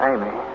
Amy